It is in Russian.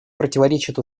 противоречит